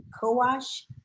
co-wash